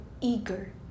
eager